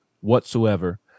whatsoever